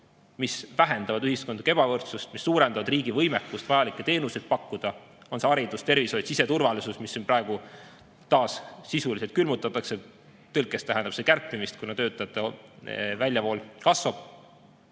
mis vähendavad ühiskondlikku ebavõrdsust ja suurendavad riigi võimekust vajalikke teenuseid pakkuda. On see haridus, tervishoid, siseturvalisus, mis praegu taas sisuliselt külmutatakse. Tõlkes tähendab see kärpimist, kuna töötajate väljavool kasvab.